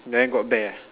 then got bear ah